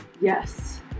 Yes